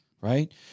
Right